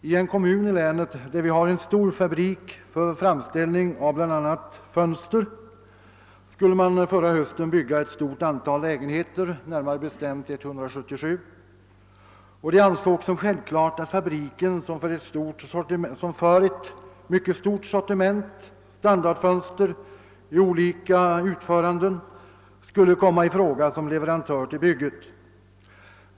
I en kommun i länet där det finns en stor fabrik för framställning av bl.a. fönster skulle man förra hösten bygga ett stort antal lägenheter — närmare bestämt 177 — och det ansågs som självklart att fabriken som för ett mycket stort sortiment standardfönster i olika utföranden skulle komma i fråga som leverantör till bygget.